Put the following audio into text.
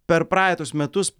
per praeitus metus